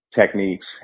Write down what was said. techniques